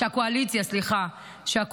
סליחה,